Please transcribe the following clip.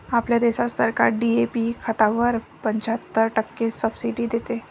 आपल्या देशात सरकार डी.ए.पी खतावर पंच्याहत्तर टक्के सब्सिडी देते